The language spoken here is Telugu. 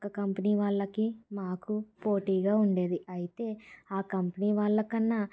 పక్క కంపెనీ వాళ్ళకి మాకు పోటీగా ఉండేది అయితే ఆ కంపెనీ వాళ్ళ కన్నా